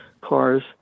cars